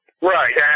Right